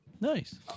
Nice